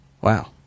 Wow